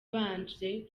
babanje